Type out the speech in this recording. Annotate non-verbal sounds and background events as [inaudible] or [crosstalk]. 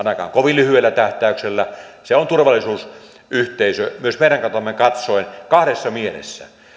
[unintelligible] ainakaan kovin lyhyellä tähtäyksellä se on turvallisuusyhteisö myös meidän kannaltamme katsoen kahdessa mielessä